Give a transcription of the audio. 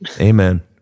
Amen